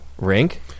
rink